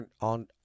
on